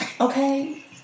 okay